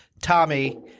Tommy